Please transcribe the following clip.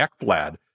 Ekblad